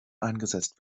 eingesetzt